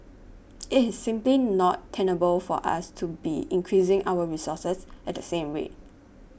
it is simply not tenable for us to be increasing our resources at the same rate